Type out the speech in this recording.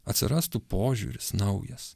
atsirastų požiūris naujas